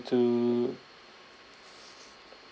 to